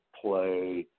play